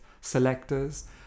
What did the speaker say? selectors